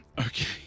Okay